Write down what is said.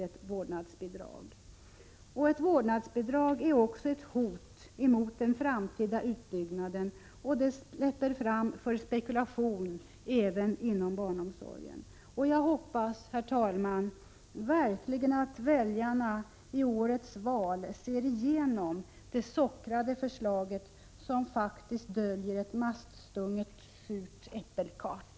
Ett vårdnadsbidrag är också ett hot mot den framtida utbyggnaden, och det släpper fram spekulation även inom barnomsorgen. Jag hoppas verkligen, herr talman, att väljarna i årets val ser igenom det sockrade förslaget, som faktiskt döljer ett maskstunget surt äppelkart.